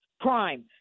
crime